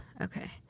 Okay